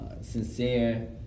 sincere